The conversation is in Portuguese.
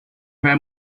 vai